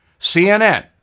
CNN